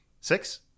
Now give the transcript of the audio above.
Six